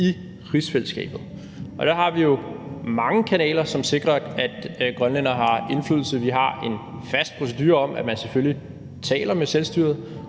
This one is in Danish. i rigsfællesskabet, og der har vi jo mange kanaler, som sikrer, at grønlændere har indflydelse. Vi har en fast procedure om, at man selvfølgelig taler med selvstyret